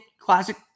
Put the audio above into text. classic